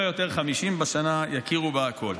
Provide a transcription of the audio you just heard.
וודאי בעוד חמישים שנה, יסכימו הכול".